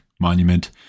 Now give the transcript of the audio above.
monument